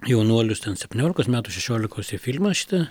jaunuolius ten septyniolikos metų šešiolikos į filmą šitą